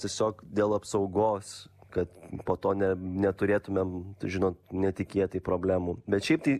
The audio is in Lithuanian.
tiesiog dėl apsaugos kad po to ne neturėtumėm žinot netikėtai problemų bet šiaip tai